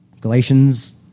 Galatians